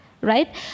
Right